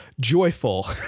joyful